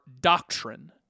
doctrine